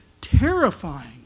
terrifying